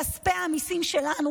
כספי המיסים שלנו,